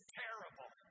terrible